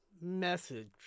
message